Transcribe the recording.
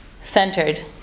Centered